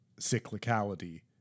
cyclicality